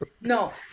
No